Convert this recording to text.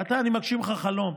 ואתה, אני מגשים לך חלום.